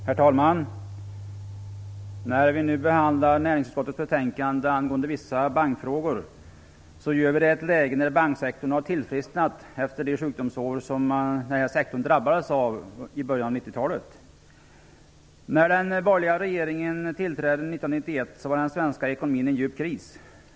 Herr talman! När vi nu behandlar näringsutskottets betänkande angående vissa bankfrågor gör vi det i ett läge där banksektorn har tillfrisknat efter de sjukdomsår som sektorn drabbades av i början av 90-talet. När den borgerliga regeringen tillträdde 1991 var den svenska ekonomin i en djup kris.